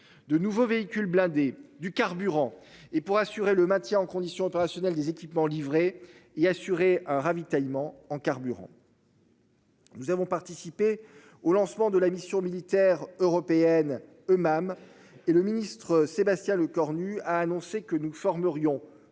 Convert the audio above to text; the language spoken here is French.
de nouveaux véhicules blindés du carburant et pour assurer le maintien en condition opérationnelle des équipements livrés et assurer un ravitaillement en carburant. Nous avons participé au lancement de la mission militaire européenne eux-mêmes et le ministre Sébastien Lecornu a annoncé que nous formerions